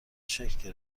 شکل